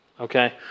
Okay